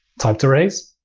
typed arrays,